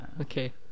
Okay